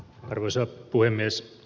arvoisa puhemies